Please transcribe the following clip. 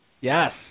Yes